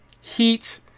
heat